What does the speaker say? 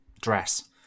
dress